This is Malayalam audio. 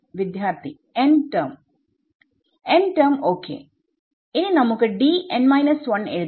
വിദ്യാർത്ഥി N term N term ok ഇനി നമുക്ക് എഴുതാം